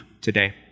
today